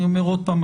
אני אומר עוד פעם,